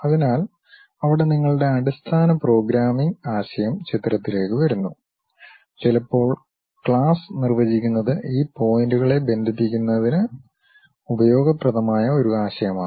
അതിനാൽ അവിടെ നിങ്ങളുടെ അടിസ്ഥാന പ്രോഗ്രാമിംഗ് ആശയം ചിത്രത്തിലേക്ക് വരുന്നു ചിലപ്പോൾ ക്ലാസ് നിർവചിക്കുന്നത് ഈ പോയിന്റുകളെ ബന്ധിപ്പിക്കുന്നതിന് ഉപയോഗപ്രദമായ ഒരു ആശയമാണ്